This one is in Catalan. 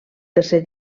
tercer